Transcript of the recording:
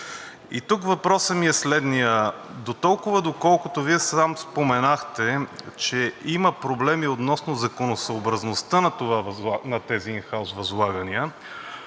И тук въпросът ми е следният – дотолкова, доколкото Вие сам споменахте, че има проблеми относно законосъобразността на тези ин хаус възлагания